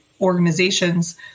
organizations